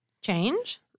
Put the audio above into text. Change